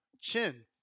Chin